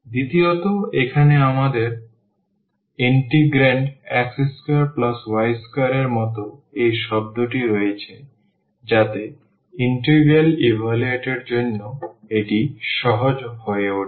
দ্বিতীয়ত এখানে আমাদের ইন্টিগ্র্যান্ডে x2y2 এর মতো এই শব্দটি রয়েছে যাতে ইন্টিগ্রাল ইভালুয়েট এর জন্যও এটি সহজ হয়ে উঠবে